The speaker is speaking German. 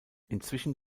inzwischen